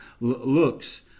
looks